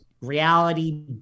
reality